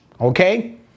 okay